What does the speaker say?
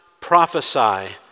prophesy